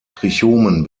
trichomen